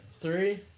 Three